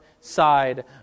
side